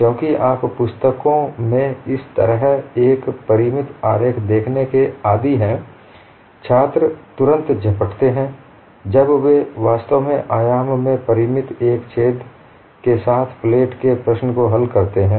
क्योंकि आप पुस्तकों में इस तरह एक परिमित आरेख देखने के आदी हैं छात्र तुरंत झपटते हैं जब वे वास्तव में आयाम में परिमित एक छेद के साथ प्लेट के एक प्रश्न को हल करते हैं